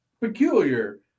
peculiar